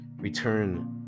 Return